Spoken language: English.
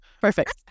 Perfect